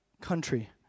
country